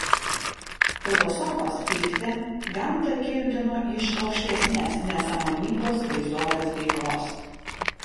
filosofas fichtė gamtą kildino iš aukštesnės nesąmoningos vaizduotės veiklos